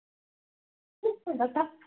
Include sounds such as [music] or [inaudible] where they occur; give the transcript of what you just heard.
[unintelligible]